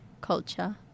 culture